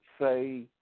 say